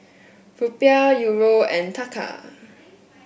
Rupiah Euro and Taka